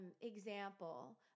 example